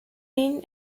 mean